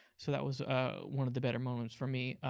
so that was ah one of the better moments for me.